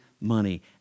money